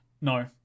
no